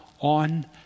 on